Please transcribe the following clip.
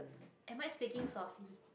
am I\i speaking softly